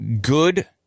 good